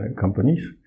companies